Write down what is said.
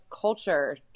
culture